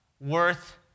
worth